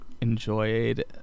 enjoyed